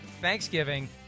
Thanksgiving